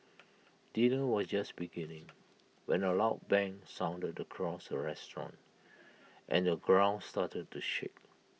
dinner was just beginning when A loud bang sounded across the restaurant and the ground started to shake